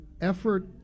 effort